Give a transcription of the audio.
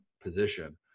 position